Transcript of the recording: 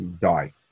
die